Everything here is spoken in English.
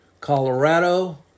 Colorado